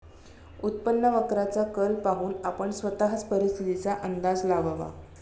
उत्पन्न वक्राचा कल पाहून आपण स्वतःच परिस्थितीचा अंदाज लावावा